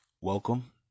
welcome